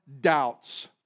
doubts